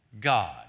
God